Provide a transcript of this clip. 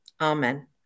Amen